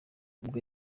ubwo